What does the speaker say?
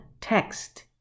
text